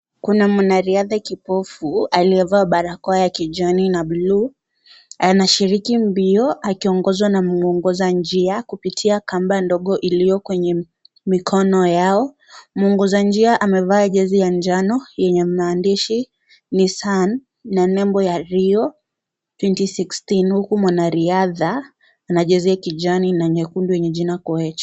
Kuna mwanariadha kipofu aliyevaa barakoa ya kijani na bluu. Anashiriki mbio akingozwa na mwongoza njia kupitia kamba ndogo iliyo kwenye mikono yao. Mwongoza njia amevaa jezi ya njano yenye maandishi: Nissani, na nembo ya Rio 2016 , huku mwanariadha ana jezi ya kijani na nyekundu yenye jina Koech.